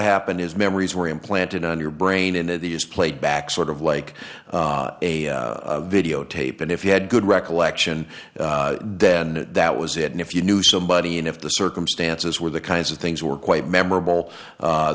happened is memories were implanted on your brain and the is played back sort of like a videotape and if you had good recollection then that was it and if you knew somebody and if the circumstances were the kinds of things were quite memorable